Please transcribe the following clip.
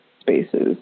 spaces